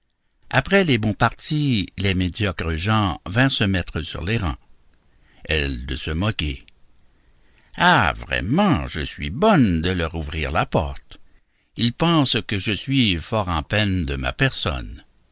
après les bons partis les médiocres gens vinrent se mettre sur les rangs elle de se moquer ah vraiment je suis bonne de leur ouvrir la porte ils pensent que je suis fort en peine de ma personne